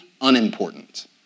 unimportant